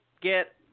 get